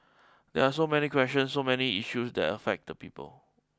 there are so many questions so many issues that affect the people